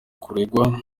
kuregwa